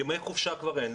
ימי חופשה כבר אין,